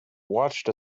watched